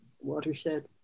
watershed